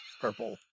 purple